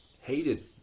hated